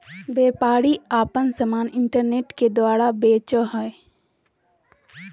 व्यापारी आपन समान इन्टरनेट के द्वारा बेचो हइ